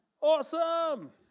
Awesome